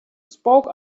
spoke